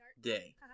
day